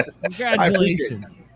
Congratulations